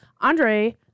Andre